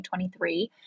2023